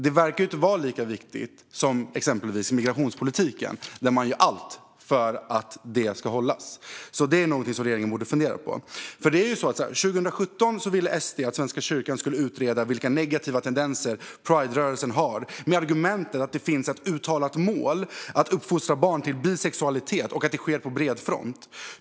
Det verkar inte vara lika viktigt som exempelvis migrationspolitiken, där man gör allt för att överenskommelsen ska hållas. Det är någonting som regeringen borde fundera på. Så här är det: År 2017 ville SD att Svenska kyrkan skulle utreda vilka negativa tendenser priderörelsen har, med argumentet att det finns ett uttalat mål att uppfostra barn till bisexualitet och att det sker på bred front.